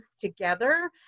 together